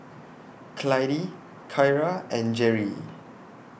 Clydie Kyra and Jerry